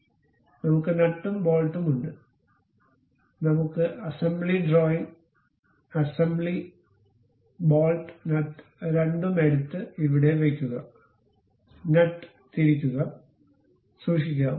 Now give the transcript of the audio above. അതിനാൽ നമ്മുക്ക് നട്ടും ബോൾട്ടും ഉണ്ട് നമുക്ക് assembly drawing assembly bolt nut രണ്ടും എടുത്ത് ഇവിടെ വയ്ക്കുക നട്ട് തിരുകുക സൂക്ഷിക്കുക